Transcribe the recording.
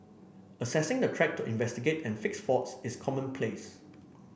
accessing the track to investigate and fix faults is commonplace